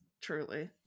truly